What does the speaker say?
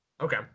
Okay